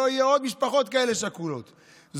כדי שלא יהיו עוד משפחות שכולות כאלה.